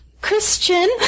Christian